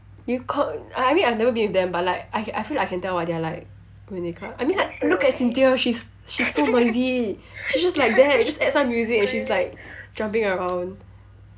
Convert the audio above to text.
you con~ I mean I've never been with them but like I I feel like I can tell what they're like when they club I mean like look at cynthia she's she's too noisy she's just like that just add some music she's like jumping around